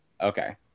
okay